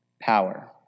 power